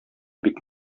бик